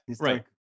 right